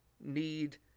need